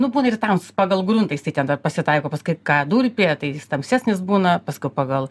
nu būna ir tamsus pagal gruntą jisai ten dar pasitaiko pas kai ką durpė tai jis tamsesnis būna paskui pagal